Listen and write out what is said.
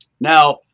now